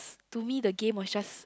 to me the game was just